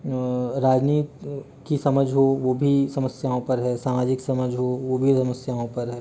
और राजनीति की समझ हो वो भी समस्याओं पर है सामाजिक समझ हो वो भी समस्याओं पर है